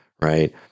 right